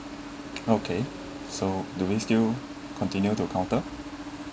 okay so do we still continue to counter